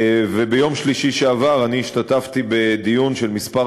וביום שלישי שעבר השתתפתי בדיון של כמה